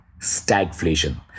stagflation